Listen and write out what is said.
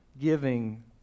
giving